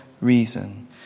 reason